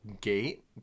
gate